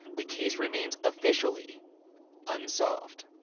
the case remains officially unsolved.